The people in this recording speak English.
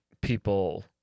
people